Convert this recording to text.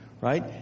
right